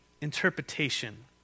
interpretation